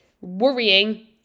worrying